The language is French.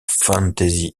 fantasy